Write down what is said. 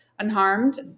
unharmed